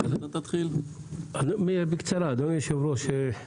אדוני היושב-ראש,